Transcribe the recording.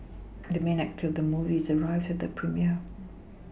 the main actor of the movie has arrived at the premiere